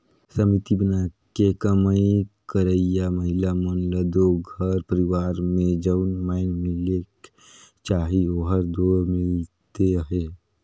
समिति बनाके कमई करइया महिला मन ल दो घर परिवार में जउन माएन मिलेक चाही ओहर दो मिलते अहे